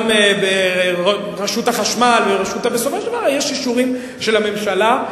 גם ברשות החשמל יש אישורים של הממשלה,